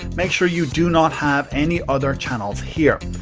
make sure you do not have any other channels here.